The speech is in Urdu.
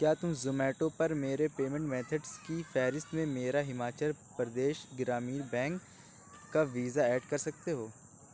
کیا تم زومیٹو پر میرے پیمینٹ میتھڈز کی فہرست میں میرا ہماچل پردیش گرامین بینک کا ویزا ایڈ کر سکتے ہو